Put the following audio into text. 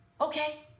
Okay